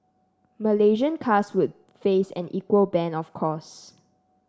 Malaysian cars would face an equal ban of course